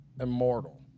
immortal